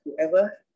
whoever